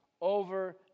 over